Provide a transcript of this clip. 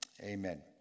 Amen